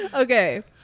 Okay